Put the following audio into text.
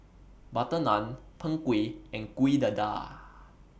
Butter Naan Png Kueh and Kuih Dadar